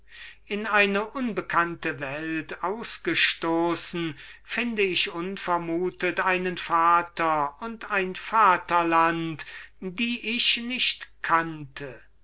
in eine unbekannte welt ausgestoßen finde ich unvermutet einen vater und ein vaterland die ich nicht kannte